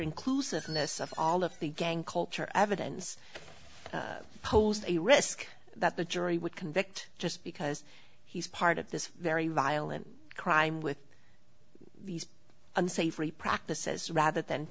inclusiveness of all of the gang culture evidence posed a risk that the jury would convict just because he's part of this very violent crime with unsavory practices rather than